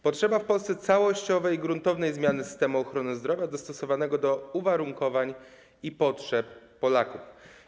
Potrzebna jest w Polsce całościowa gruntowna zmiana systemu ochrony zdrowia dostosowana do uwarunkowań i potrzeb Polaków.